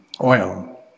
oil